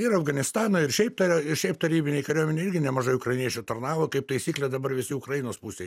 ir afganistaną ir šiaip ir šiaip tarybinėj kariuomenėj irgi nemažai ukrainiečių tarnavo kaip taisyklė dabar visi ukrainos pusėj